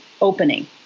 opening